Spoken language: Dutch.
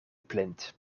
plint